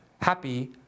happy